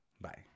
bye